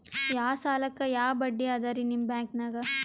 ಯಾ ಸಾಲಕ್ಕ ಯಾ ಬಡ್ಡಿ ಅದರಿ ನಿಮ್ಮ ಬ್ಯಾಂಕನಾಗ?